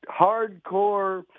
hardcore